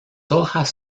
hojas